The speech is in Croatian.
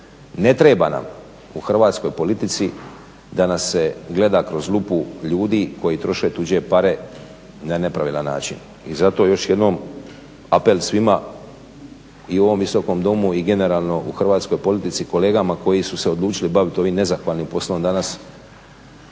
Ne treba nam u hrvatskoj politici da nas se gleda kroz lupu ljudi koji troše tuđe pare na nepravedan način. I zato još jednom apel svima i u ovom Visokom domu i generalno u hrvatskoj politici kolegama koji su se odlučili baviti ovim nezahvalnim poslom danas